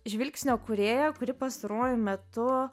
žvilgsnio kūrėja kuri pastaruoju metu